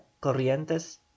Corrientes